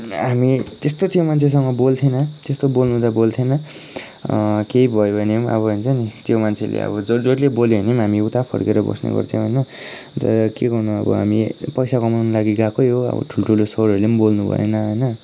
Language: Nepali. हामी त्यस्तो त्यो मान्छेसँग बोल्थिनौँ त्यस्तो बोल्नु त बोल्थिनौँ केही भयो भने पनि अब भन्छ नि त्यो मान्छेले अब जोड जोडले बोल्यो भने पनि हामी उता फर्केर बस्ने गर्थ्यौँ होइन अन्त के गर्नु अब हामी पैसा कमाउनु लागि गएकै हो अब ठुल्ठुलो स्वरहरूले पनि बोल्नुभएन होइन